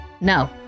No